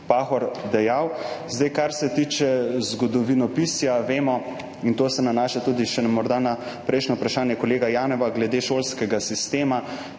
Pahor dejal. Kar se tiče zgodovinopisja, vemo, in to se morda nanaša tudi še na prejšnje vprašanje kolega Janeva glede šolskega sistema,